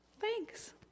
thanks